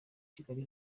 kigali